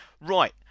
right